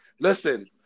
listen